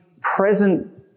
present